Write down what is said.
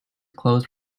closed